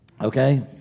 Okay